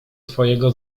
twojego